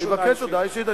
מאה אחוז, שיבקש הודעה אישית.